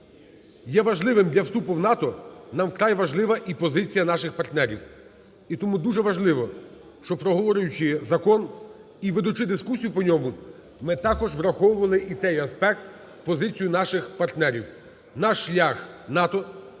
є важливим для вступу в НАТО, нам вкрай важлива і позиція наших партнерів. І тому дуже важливо, щоб, проговорюючи закон і ведучи дискусію по ньому, ми також враховували і цей аспект, позицію наших партнерів. Наш шлях – НАТО,